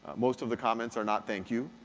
most of the comments are not thank you.